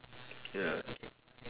ya